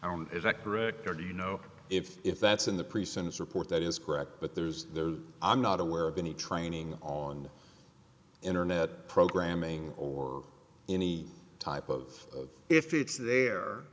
on is that correct or do you know if if that's in the pre sentence report that is correct but there's the i'm not aware of any training on internet programming or any type of if it's the